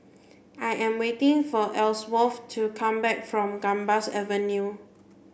I am waiting for Elsworth to come back from Gambas Avenue